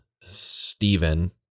Stephen